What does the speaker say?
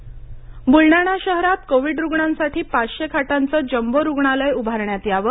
सूचना बुलडाणा शहरात कोविड रुग्णांसाठी पाचशे खाटांचं जम्बो रुग्णालय उभारण्यात यावं